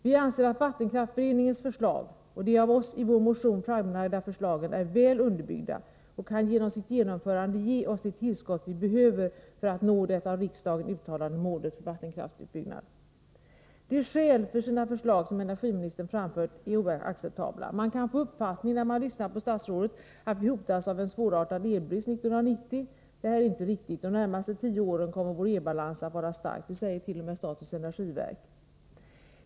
Vi anser att vattenkraftsberedningens förslag och de av oss i vår motion framlagda förslagen är väl underbyggda och genom sitt genomförande kan ge oss det tillskott vi behöver för att nå det av riksdagen uttalade målet för vattenkraftsutbyggnad. De skäl för sina förslag som energiministern framfört är oaccetabla. Man kan, när man lyssnar på statsrådet, få uppfattningen att vi hotas av en svårartad elbrist 1990. Detta är inte riktigt. De närmaste tio åren kommer vår elbalans att vara stark — det säger t.o.m. statens energiverk.